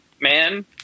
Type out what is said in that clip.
man